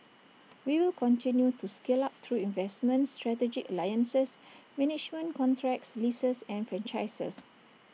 we will continue to scale up through investments strategic alliances management contracts leases and franchises